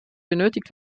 benötigt